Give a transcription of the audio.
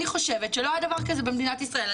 אני חושבת שלא היה דבר כזה במדינת ישראל.